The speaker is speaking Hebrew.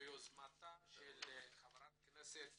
ביוזמתה של חברת הכנסת